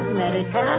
America